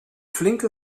flinke